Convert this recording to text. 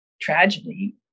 tragedy